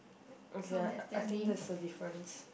okay I I think there is a difference